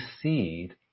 seed